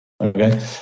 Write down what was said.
Okay